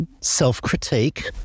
self-critique